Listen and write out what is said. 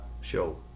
show